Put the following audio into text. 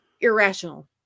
irrational